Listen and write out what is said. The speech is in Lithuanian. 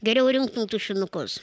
geriau rinktum tušinukus